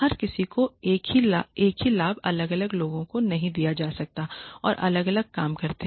हर किसी को एक ही लाभ अलग अलग लोगों को नहीं दिया जा सकता है जो अलग अलग काम करते हैं